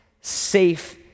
safe